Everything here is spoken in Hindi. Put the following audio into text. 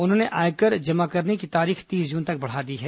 उन्होंने आयकर रिटर्न भरने की तारीख तीस जून तक बढ़ा दी है